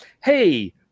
Hey